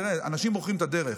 תראה, אנשים בוחרים את הדרך.